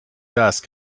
dust